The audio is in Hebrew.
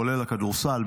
כולל הכדורסל,